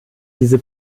diese